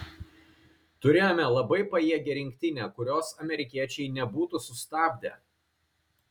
turėjome labai pajėgią rinktinę kurios amerikiečiai nebūtų sustabdę